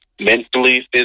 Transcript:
mentally